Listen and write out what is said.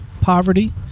poverty